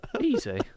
Easy